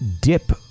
dip